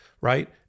right